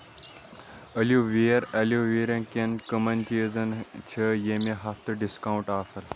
Aloe vera aloe vera کٮ۪ن کٕمَن چیٖزن چھ یمہِ ہفتہٕ ڈسکاونٛٹ آفر ؟